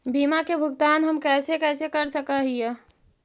बीमा के भुगतान हम कैसे कैसे कर सक हिय?